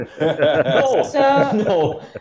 No